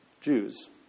Jews